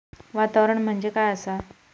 वातावरण म्हणजे काय आसा?